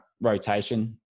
rotation